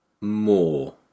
more